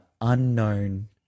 unknown